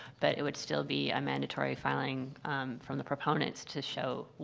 but it would still be a mandatory filing from the proponents to show,